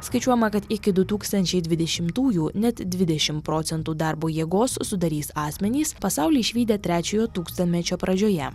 skaičiuojama kad iki du tūkstančiai dvidešimtųjų net dvidešimt procentų darbo jėgos sudarys asmenys pasaulį išvydę trečiojo tūkstantmečio pradžioje